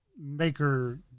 maker